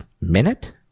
minute